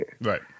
Right